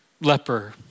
leper